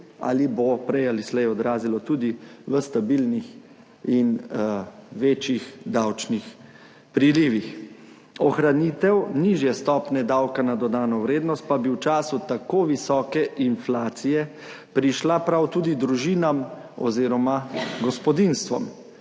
ali bo prej ali slej odrazilo tudi v stabilnih in večjih davčnih prilivih. Ohranitev nižje stopnje davka na dodano vrednost pa bi v času tako visoke inflacije prišla prav tudi družinam oziroma gospodinjstvom.